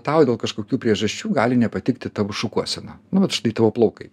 tau dėl kažkokių priežasčių gali nepatikti tavo šukuosena nu vat štai tavo plaukai